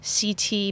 CT